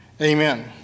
Amen